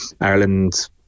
Ireland